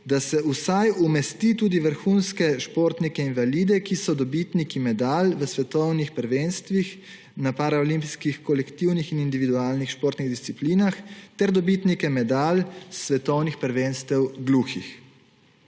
da se vsaj umesti tudi vrhunske športnike invalide, ki so dobitniki medalj na svetovnih prvenstvih na paraolimpijskih kolektivnih in individualnih športnih disciplinah ter dobitnike medalj s svetovnih prvenstev gluhih.